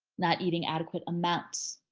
not eating adequate amounts.